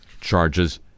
charges